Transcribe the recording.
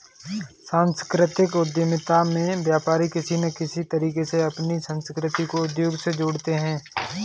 सांस्कृतिक उद्यमिता में व्यापारी किसी न किसी तरीके से अपनी संस्कृति को उद्योग से जोड़ते हैं